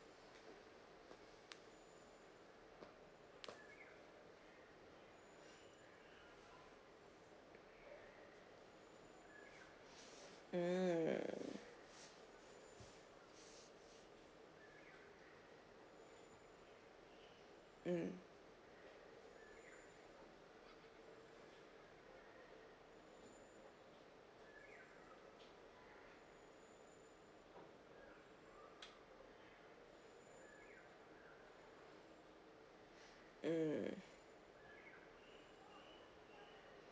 mm mm mm